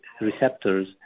receptors